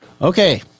Okay